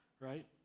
right